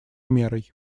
мерой